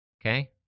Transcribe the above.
Okay